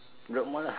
bedok mall lah